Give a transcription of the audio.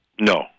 No